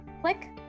Click